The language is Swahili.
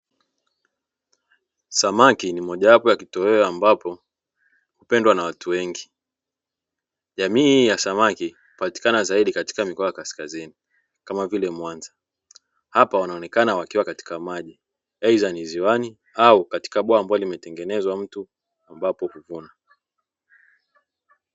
Samaki ni mojawapo ya kitoweo, ambapo hupendwa na watu wengi. Jamii hii ya samaki hupatikana zaidi katika mikoa ya kaskazini kama vile Mwanza. Hapa wanaonekana wakiwa katika maji, aidha ni ziwani au katika bwawa ambalo limetengenezwa na mtu, ambapo huvua.